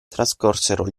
trascorsero